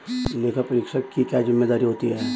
लेखापरीक्षक की क्या जिम्मेदारी होती है?